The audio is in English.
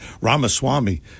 Ramaswamy